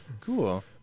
cool